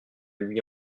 lui